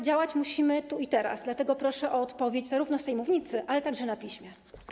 Działać musimy tu i teraz, dlatego proszę o odpowiedź zarówno z tej mównicy, jak i na piśmie.